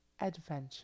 adventure